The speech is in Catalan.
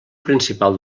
principal